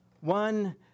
One